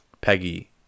Peggy